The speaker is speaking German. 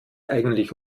eigentlich